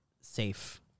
safe